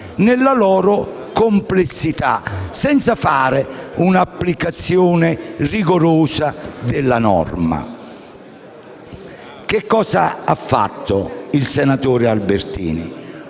nella loro complessità, senza procedere ad un'applicazione rigorosa della norma. Che cosa ha fatto il senatore Albertini?